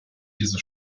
diese